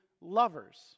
lovers